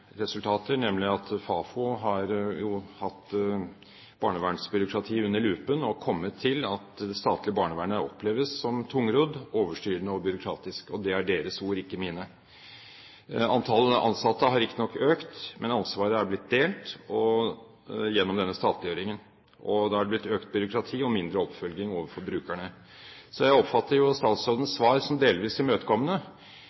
nemlig at Fafo har hatt barnevernsbyråkratiet under lupen og kommet til at det statlige barnevernet oppleves som tungrodd, overstyrende og byråkratisk, og det er deres ord, ikke mine. Antall ansatte har riktignok økt, men ansvaret er blitt delt gjennom denne statliggjøringen, og da har det blitt økt byråkrati og mindre oppfølging overfor brukerne. Jeg oppfatter jo statsrådens